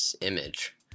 image